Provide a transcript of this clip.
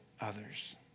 others